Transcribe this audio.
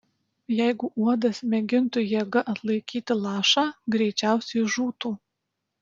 jeigu uodas mėgintų jėga atlaikyti lašą greičiausiai žūtų